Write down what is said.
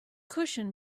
cushion